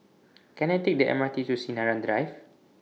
Can I Take The M R T to Sinaran Drive